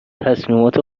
تصمیمات